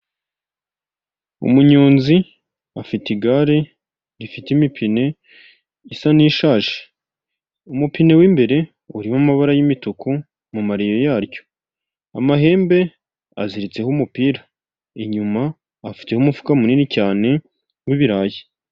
Umunyonzi afite igare rifite imipine isa n'ishaje, umupine w'imbere urimo amabara y'imituku mu mareyo yaryo, amahembe aziritseho umupira, inyuma afite umufuka munini cyane w'ibirayi.